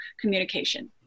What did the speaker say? communication